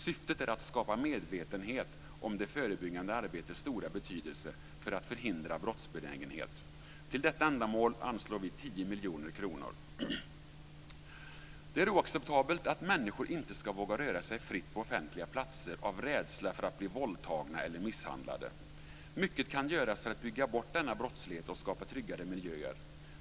Syftet är att skapa medvetenhet om det förebyggande arbetets stora betydelse när det gäller att förhindra brottsbenägenhet. Till detta ändamål anslår vi 10 miljoner kronor. Det är oacceptabelt att människor inte ska våga röra sig fritt på offentliga platser av rädsla för att de ska bli våldtagna eller misshandlade. Mycket kan göras när det gäller att bygga bort denna brottslighet och skapa tryggare miljöer.